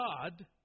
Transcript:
God